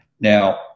Now